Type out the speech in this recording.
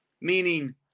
meaning